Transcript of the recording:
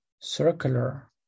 circular